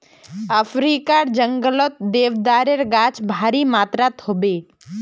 अफ्रीकार जंगलत देवदारेर गाछ भारी मात्रात ह बे